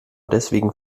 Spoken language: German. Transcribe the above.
deswegen